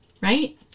right